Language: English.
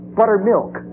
buttermilk